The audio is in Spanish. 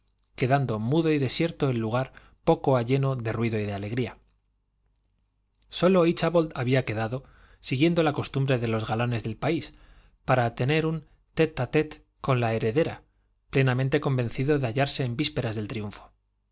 quedando mudo y desierto el lugar poco ha lleno de ruido y de alegría sólo íchabod había quedado siguiendo la costumbre de los galanes del país para tener un tte tte con la heredera plenamente convencido de hallarse en vísperas del triunfo